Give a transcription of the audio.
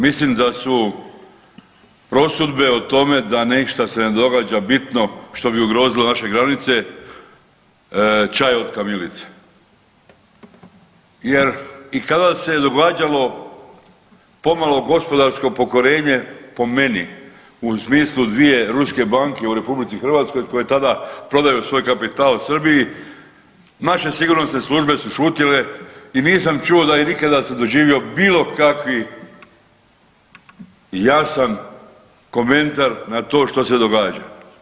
Mislim da su prosudbe o tome da ništa se ne događa bitno što bi ugrozilo naše granice čaj od kamilice, jer i kada se događalo pomalo gospodarsko pokorenje po meni u smislu dvije ruske banke u Republici Hrvatskoj koje tada prodaju svoj kapital Srbiji naše sigurnosne službe su šutjele i nisam čuo nikada doživio bilo kakvi jasan komentar na to što se događa.